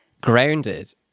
grounded